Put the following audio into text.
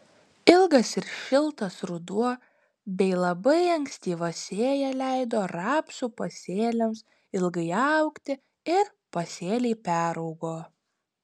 ilgas ir šiltas ruduo bei labai ankstyva sėja leido rapsų pasėliams ilgai augti ir pasėliai peraugo